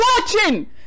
watching